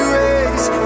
raise